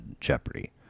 Jeopardy